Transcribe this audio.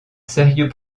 sérieux